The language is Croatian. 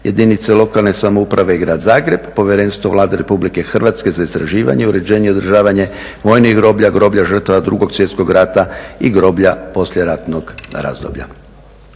jedinice lokalne samouprave i Grad Zagreb, Povjerenstvo Vlade Republike Hrvatske za istraživanje, uređenje i održavanje vojnih groblja, groblja žrtava 2.svjetskog rata i groblja poslijeratnog razdoblja.